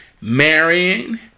marrying